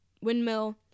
windmill